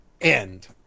end